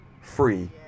free